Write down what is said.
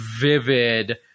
vivid